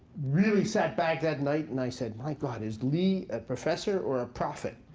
really sat back that night and i said, my god, is lee a professor or a prophet?